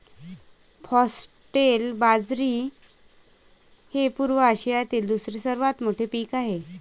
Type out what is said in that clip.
foxtail बाजरी हे पूर्व आशियातील दुसरे सर्वात मोठे पीक आहे